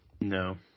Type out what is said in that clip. No